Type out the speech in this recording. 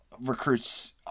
recruits